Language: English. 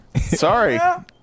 Sorry